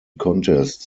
contest